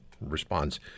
response